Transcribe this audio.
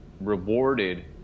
rewarded